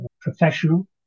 professional